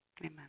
Amen